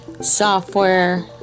software